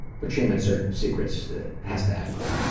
but shame and so secrets has to headline.